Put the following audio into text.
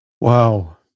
wow